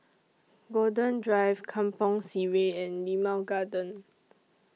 Golden Drive Kampong Sireh and Limau Garden